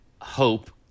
hope